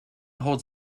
holds